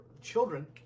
children